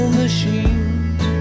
machines